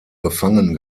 gefangen